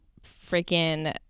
freaking